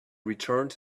returned